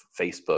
Facebook